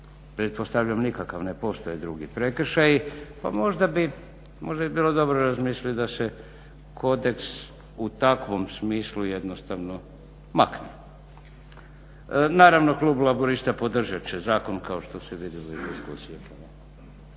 Pretpostavljam nikakav, ne postoje drugi prekršaji. Pa možda bi bilo dobro razmisliti da se kodeks u takvom smislu jednostavno makne. Naravno, klub Laburista podržat će zakon kao što se vidjelo iz diskusije.